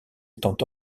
étant